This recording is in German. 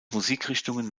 musikrichtungen